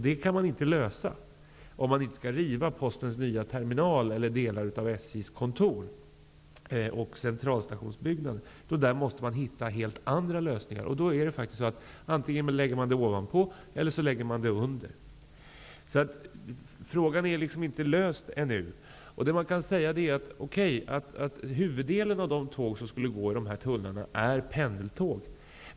Det kan man inte lösa om man inte skall riva Postens nya terminal eller delar av SJ:s kontor och centralstationsbyggnaden. Där måste man hitta helt andra lösningar. Antingen lägger man spåren ovanpå eller också lägger man dem under. Frågan är liksom inte löst ännu. Det man kan säga är att huvuddelen av de tåg som skulle gå i tunneln är pendeltåg.